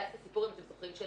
אם אתם זוכרים,